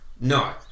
No